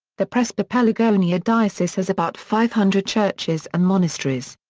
the prespa pelagonia diocese has about five hundred churches and monasteries.